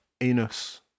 anus